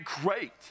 great